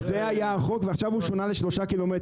זה היה החוק ועכשיו הוא שונה ל- 3 קילומטר.